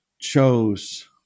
Chose